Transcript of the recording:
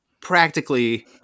practically